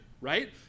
right